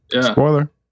Spoiler